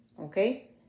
okay